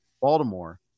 Baltimore